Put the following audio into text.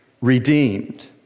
redeemed